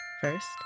First